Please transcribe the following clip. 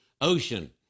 ocean